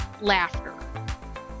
laughter